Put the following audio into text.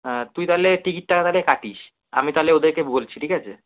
হ্যাঁ তুই তাহলে টিকিটটা তাহলে কাটিস আমি তালে ওদেরকে বলছি ঠিক আছে